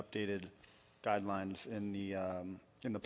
updated guidelines in the in the